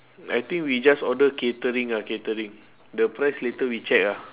I think we just order catering ah catering the price later we check lah